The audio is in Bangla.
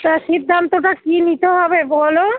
তা সিদ্ধান্তটা কী নিতে হবে বলো